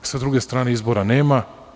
S druge strane, izbora nema.